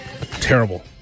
Terrible